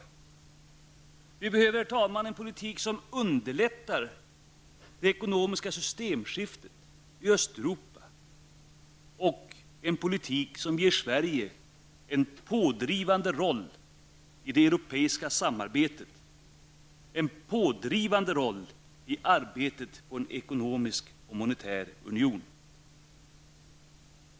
Vidare behöver vi, herr talman, en politik som underlättar det ekonomiska systemskiftet i Östeuropa och en politik som ger Sverige en pådrivande roll i det europeiska samarbetet -- en pådrivande roll i arbetet på en ekonomisk och monetär union.